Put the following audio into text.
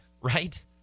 Right